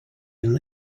inn